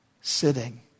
sitting